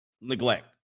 neglect